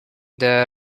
the